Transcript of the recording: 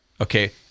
Okay